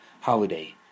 holiday